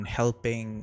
helping